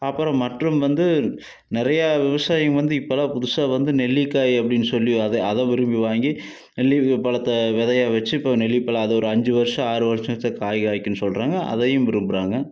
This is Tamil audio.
அப்புறம் மற்றும் வந்து நிறைய விவசாயம் வந்து இப்போ தான் புதுசாக வந்து நெல்லிக்காய் அப்படின்னு சொல்லி அதை அதை விரும்பி வாங்கி நெல்லிப்பழத்தை விதையா வச்சு இப்போது நெல்லிப்பழம் அது ஒரு அஞ்சு வருடம் ஆறு வருடத்து காய் காய்க்கும்னு சொல்கிறாங்க அதையும் விரும்புகிறாங்க